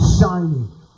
shining